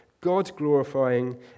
God-glorifying